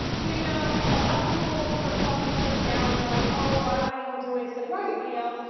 so you know, a lot of people sort of talk themselves down, and they're like, why would i even do it, it's gonna go to somebody else?